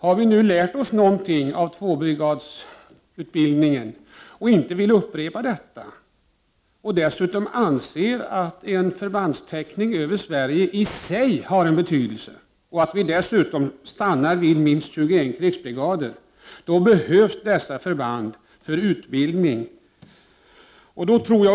Har vi nu lärt oss någonting av experimentet med tvåbrigadsutbildningen och inte vill upprepa misstagen, och dessutom anser att en förbandstäckning över Sverige i sig har en betydelse, och vi dessutom stannar för minst 21 krigsbrigader, då behövs dessa förband för utbildning.